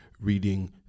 reading